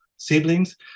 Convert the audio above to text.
siblings